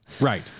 Right